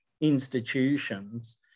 institutions